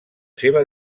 seva